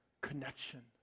connection